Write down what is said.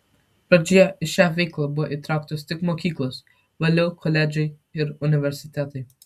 pradžioje į šią veiklą buvo įtrauktos tik mokyklos vėliau koledžai ir universitetai